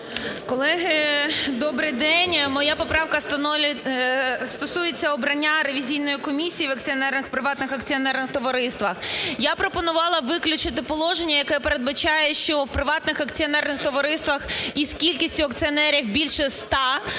Колеги, добрий день! Моя поправка стосується обрання ревізійної комісії в акціонерних… приватних акціонерних товариствах. Я пропонувала виключити положення, яке передбачає, що у приватних акціонерних товариствах із кількістю акціонерів більше 100